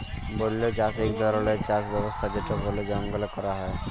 বল্য চাষ ইক ধরলের চাষ ব্যবস্থা যেট বলে জঙ্গলে ক্যরা হ্যয়